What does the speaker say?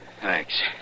Thanks